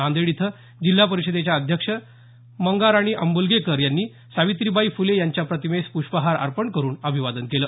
नांदेड इथ जिल्हा परिषदेच्या अध्यक्ष श्रीमती मंगाराणी आंब्लगेकर यांनी सावित्रीबाई फुले यांच्या प्रतिमेस प्रष्पहार अर्पण करून अभिवादन केलं